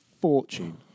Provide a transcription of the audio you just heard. fortune